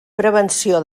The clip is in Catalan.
prevenció